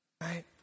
Right